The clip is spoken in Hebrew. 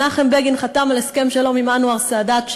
מנחם בגין חתם על הסכם שלום עם אנואר סאדאת,